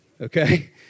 Okay